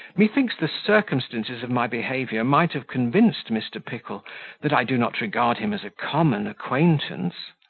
methinks the circumstances of my behaviour might have convinced mr. pickle that i do not regard him as a common acquaintance.